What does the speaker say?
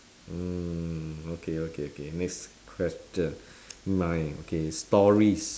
mm okay okay okay next question nine okay stories